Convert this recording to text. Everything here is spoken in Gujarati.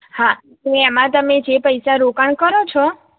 હા એમાં તમે જે પૈસા રોકાણ કરો છો